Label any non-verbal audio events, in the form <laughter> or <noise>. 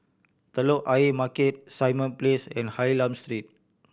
Telok Ayer Market Simon Place and Hylam <unintelligible>